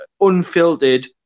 unfiltered